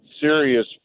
serious